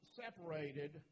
separated